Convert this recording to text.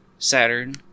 Saturn